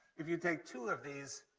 if you take two of these